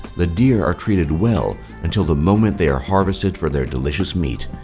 the deer are treated well until the moment they are harvested for their delicious meat.